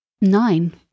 nine